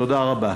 תודה רבה.